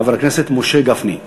חבר הכנסת משה גפני.